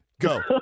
Go